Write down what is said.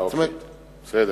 אוקיי, בסדר.